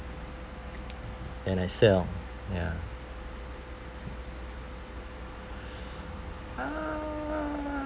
and I sell ya a'ah